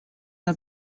del